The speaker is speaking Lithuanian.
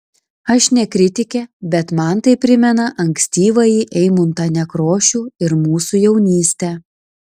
aš ne kritikė bet man tai primena ankstyvąjį eimuntą nekrošių ir mūsų jaunystę